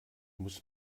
muss